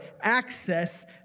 access